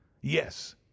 Yes